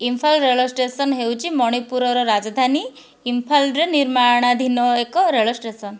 ଇମ୍ଫାଲ ରେଳ ଷ୍ଟେସନ୍ ହେଉଛି ମଣିପୁରର ରାଜଧାନୀ ଇମ୍ଫାଲରେ ନିର୍ମାଣାଧୀନ ଏକ ରେଳ ଷ୍ଟେସନ୍